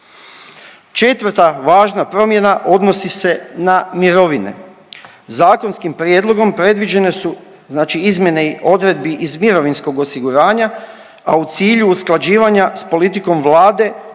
Četvrta važna promjena odnosi se na mirovine. Zakonskim prijedlogom predviđene se izmjene odredbi iz mirovinskog osiguranja, a u cilju usklađivanja s politikom Vlade